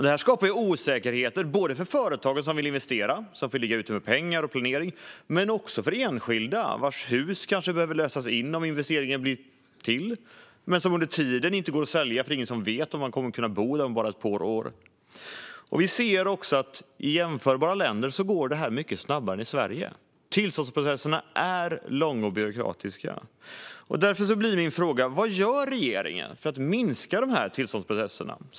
Detta skapar osäkerhet, både för företagen som vill investera, som får ligga ute med pengar och planering, och för enskilda. Deras hus kanske behöver lösas in om investeringen blir av, och under tiden går de inte att sälja eftersom ingen vet om man kommer att kunna bo där om bara ett par år. Vi ser också att detta går mycket snabbare i jämförbara länder än i Sverige. Tillståndsprocesserna är långa och byråkratiska. Därför blir min fråga: Vad gör regeringen för att förkorta tillståndsprocesserna?